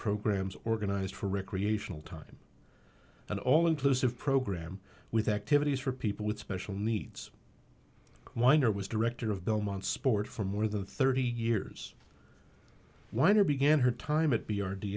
programs organized for recreational time an all inclusive program with activities for people with special needs weiner was director of belmont sport for more than thirty years weiner began her time at b